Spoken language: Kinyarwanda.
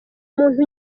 muntu